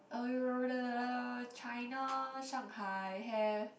uh China Shanghai have